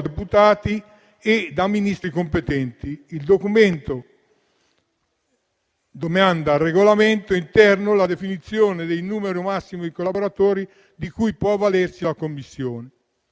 deputati e dai Ministri competenti (il documento demanda al regolamento interno la definizione del numero massimo di collaboratori di cui può avvalersi la Commissione).